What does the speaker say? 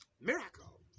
miracle